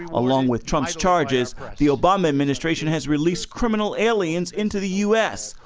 along with trump's charges the obama administration has released criminal aliens into the u s.